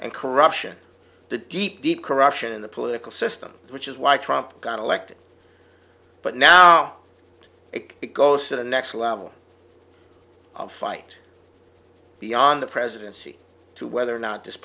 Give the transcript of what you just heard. and corruption the deep deep corruption in the political system which is why trump got elected but now it goes to the next level of fight beyond the presidency to whether or not this